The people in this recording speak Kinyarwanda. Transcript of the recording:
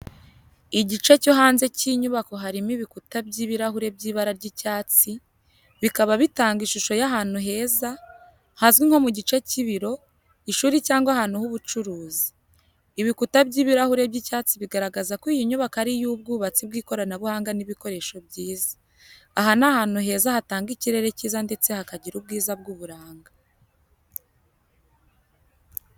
Igice cyo hanze cy'inyubako harimo ibikuta by'ibirahure by'ibara ry'icyatsi, bikaba bitanga ishusho y'ahantu heza, hazwi nko mu gice cy'ibiro, ishuri cyangwa ahantu h'ubucuruzi. Ibikuta by'ibirahure by'icyatsi bigaragaza ko iyi nyubako ari iy'ubwubatsi bw'ikoranabuhanga n'ibikoresho byiza. Aha ni ahantu heza hatanga ikirere cyiza ndetse hakagira ubwiza bw'uburanga.